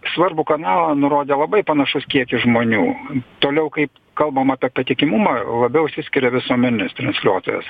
svarbų kanalą nurodė labai panašus kiekis žmonių toliau kaip kalbam apie patikimumą labiau išsiskiria visuomeninis transliuotojas